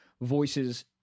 voices